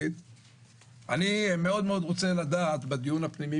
אני מאוד רוצה לדעת בדיונים הפנימיים